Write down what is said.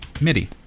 MIDI